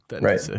Right